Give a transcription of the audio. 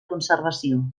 conservació